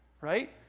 right